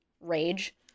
rage